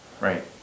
Right